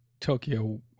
Tokyo